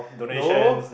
no